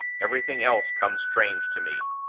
everything else comes strange to me.